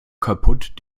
kaputt